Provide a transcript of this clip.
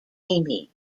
amy